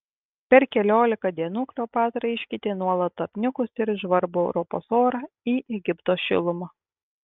per keliolika dienų kleopatra iškeitė nuolat apniukusį ir žvarbų europos orą į egipto šilumą